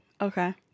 Okay